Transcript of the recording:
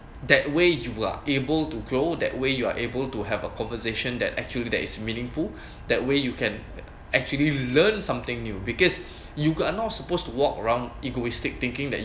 that way you are able to grow that way you are able to have a conversation that actually that is meaningful that way you can actually learn something new because you are not supposed to walk around egoistic thinking that